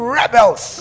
rebels